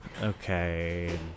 Okay